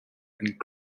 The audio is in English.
and